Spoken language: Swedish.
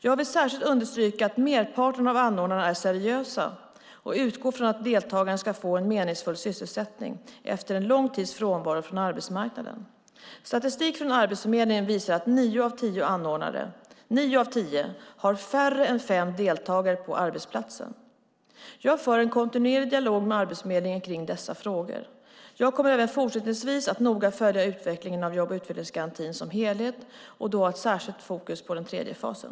Jag vill särskilt understryka att merparten av anordnarna är seriösa och utgår från att deltagarna ska få en meningsfull sysselsättning efter en lång tids frånvaro från arbetsmarknaden. Statistik från Arbetsförmedlingen visar att nio av tio anordnare har färre än fem deltagare på arbetsplatsen. Jag för en kontinuerlig dialog med Arbetsförmedlingen kring dessa frågor. Jag kommer även fortsättningsvis att noga följa utvecklingen av jobb och utvecklingsgarantin som helhet och då ha ett särskilt fokus på den tredje fasen.